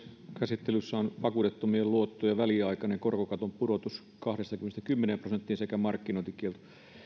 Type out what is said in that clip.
käsittelyssä on vakuudettomien luottojen väliaikainen korkokaton pudotus kahdestakymmenestä prosentista kymmeneen prosenttiin sekä markkinointikielto me